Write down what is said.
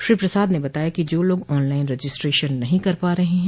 श्री प्रसाद ने बताया कि जो लोग ऑनलाइन रजिस्ट्रेशन नहीं कर पा रहे हैं